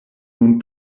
nun